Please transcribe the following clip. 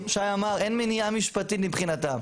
שי אמר שאין מניעה משפטית מבחינתם,